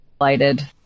lighted